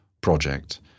project